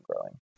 growing